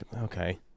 Okay